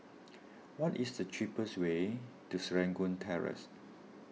what is the cheapest way to Serangoon Terrace